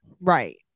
right